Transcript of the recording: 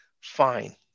Fine